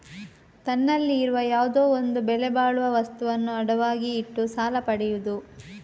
ತನ್ನಲ್ಲಿ ಇರುವ ಯಾವುದೋ ಒಂದು ಬೆಲೆ ಬಾಳುವ ವಸ್ತುವನ್ನ ಅಡವಾಗಿ ಇಟ್ಟು ಸಾಲ ಪಡಿಯುದು